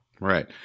right